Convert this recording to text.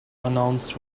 announced